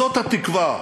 זאת התקווה.